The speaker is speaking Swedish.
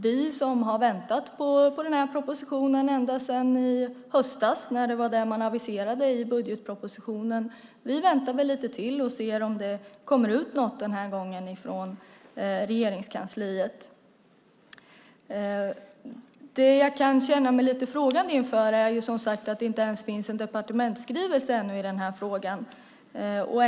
Vi som har väntat på den här propositionen ända sedan i höstas när det var det man aviserade i budgetpropositionen väntar väl lite till och ser om det kommer ut något den här gången från Regeringskansliet. Det jag kan känna mig lite frågande inför är som sagt att det inte ens finns en departementsskrivelse i den här frågan ännu.